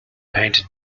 painted